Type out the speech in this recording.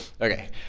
okay